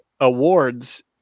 awards